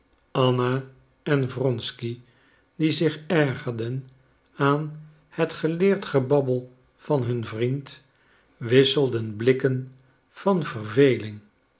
anna en wronsky die zich ergerden aan het geleerd gebabbel van hun vriend wisselden blikken van verveling